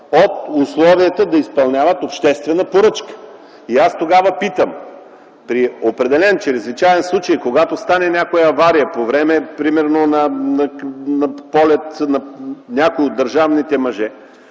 от условията да изпълняват обществена поръчка. При определен случай, когато стане някоя авария по време примерно на полет на някой от държавните мъже.